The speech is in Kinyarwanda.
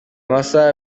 amasaha